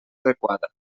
adequada